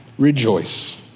Rejoice